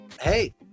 hey